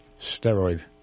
steroid